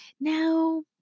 Now